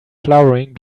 flowering